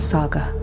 Saga